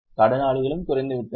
கடனாளிகளும் குறைந்துவிட்டனர்